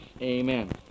Amen